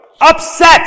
upset